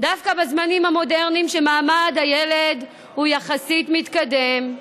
דווקא בזמנים המודרניים כשמעמד הילד הוא יחסית מתקדם,